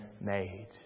Made